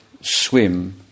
swim